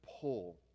pull